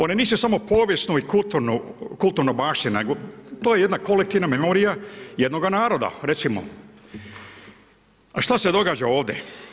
One nisu samo povijesno i kulturno baština, to je jedna kolektivna memorija jednoga naroda, recimo, a šta se događa ovdje.